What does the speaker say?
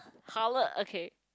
hao le okay